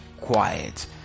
quiet